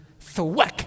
Thwack